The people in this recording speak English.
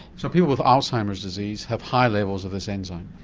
so people with alzheimer's disease have high levels of this enzyme?